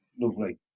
lovely